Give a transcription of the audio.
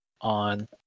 on